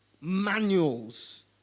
manuals